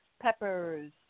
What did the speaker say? peppers